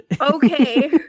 Okay